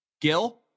Gil